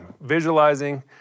visualizing